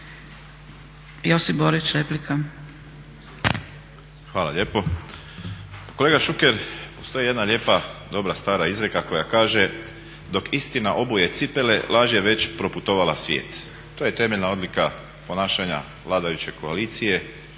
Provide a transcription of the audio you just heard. Josip (HDZ)** Hvala lijepo. Kolega Šuker, postoji jedna lijepa dobra stara izreka koja kaže "dok istina obuje cipele laž je već proputovala svijet". To je temeljna odlika ponašanja vladajuće koalicije